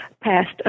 passed